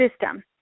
system